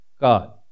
God